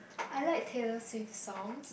I like Taylor-Swift song